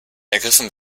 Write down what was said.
ergriffen